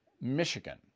Michigan